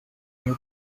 new